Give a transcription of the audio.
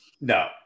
No